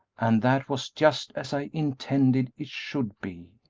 and that was just as i intended it should be!